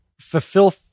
fulfill